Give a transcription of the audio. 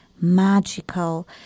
magical